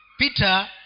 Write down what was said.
Peter